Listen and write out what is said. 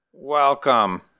Welcome